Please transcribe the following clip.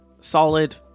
solid